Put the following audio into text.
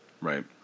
Right